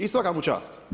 I svaka mu čast.